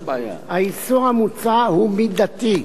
האיסור המוצע הוא מידתי,